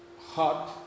hot